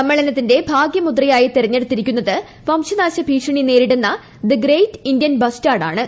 സമ്മേളനത്തിന്റെ ഭാഗ്യമുദ്രയായി തെരഞ്ഞെടുത്തിരിക്കുന്നത് വംശനാശ ഭീഷണി നേരിടുന്ന ദി ഗ്രേറ്റ് ഇന്ത്യൻ ബസ്റ്റാഡ് ആണ്